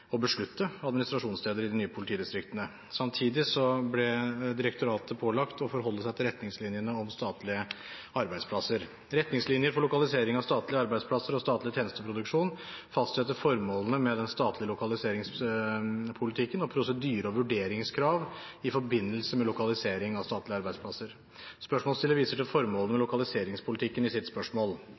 beslutte – administrasjonssteder i de nye politidistriktene. Samtidig ble direktoratet pålagt å forholde seg til retningslinjene om statlige arbeidsplasser. Retningslinjer for lokalisering av statlige arbeidsplasser og statlig tjenesteproduksjon fastsetter formålene med den statlige lokaliseringspolitikken og prosedyre og vurderingskrav i forbindelse med lokalisering av statlige arbeidsplasser. Spørsmålsstilleren viser til formålet med lokaliseringspolitikken i sitt spørsmål.